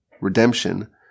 redemption